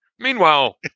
Meanwhile